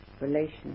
relations